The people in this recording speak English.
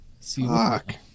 Fuck